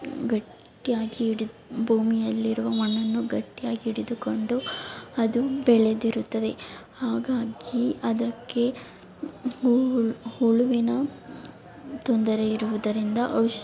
ಗಟ್ಟಿಯಾಗಿ ಇಡಿ ಭೂಮಿಯಲ್ಲಿರುವ ಮಣ್ಣನ್ನು ಗಟ್ಟಿಯಾಗಿ ಹಿಡಿದುಕೊಂಡು ಅದು ಬೆಳೆದಿರುತ್ತದೆ ಹಾಗಾಗಿ ಅದಕ್ಕೆ ಹುಳು ಹುಳುವಿನ ತೊಂದರೆ ಇರುವುದರಿಂದ ಔಷ್